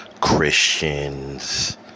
Christians